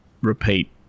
repeat